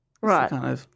Right